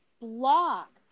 block